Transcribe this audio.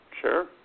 Sure